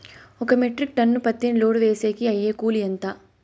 ఒక metric ton పత్తిని load వేసేకి అయ్యే కూలి ఎంత?